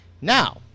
Now